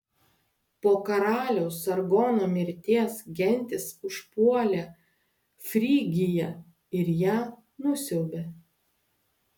po karaliaus sargono mirties gentys užpuolė frygiją ir ją nusiaubė